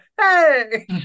hey